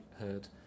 heard